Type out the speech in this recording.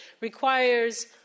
requires